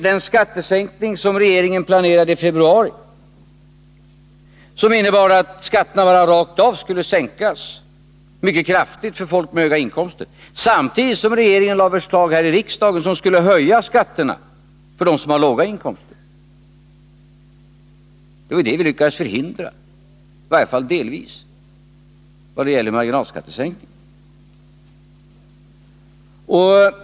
Den skattesänkning som regeringen planerade i februari innebar ju att skatterna mycket kraftigt skulle sänkas ”rakt av” för folk med höga inkomster samtidigt som regeringen i riksdagen lade fram förslag som betydde en höjning av skatterna för dem som har låga inkomster. Det var det som vi lyckades förhindra, i varje fall delvis — då det gällde marginalskattesänkningen.